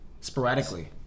Sporadically